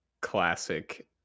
classic